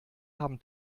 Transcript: haben